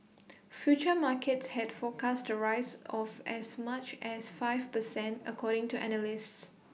futures markets had forecast rise of as much as five per cent according to analysts